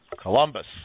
Columbus